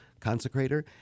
consecrator